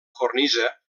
cornisa